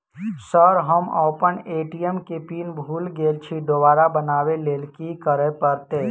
Sir हम अप्पन ATM केँ पिन भूल गेल छी दोबारा बनाबै लेल की करऽ परतै?